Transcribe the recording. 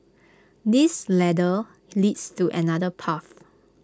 this ladder leads to another path